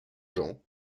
jean